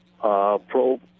Pro